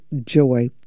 joy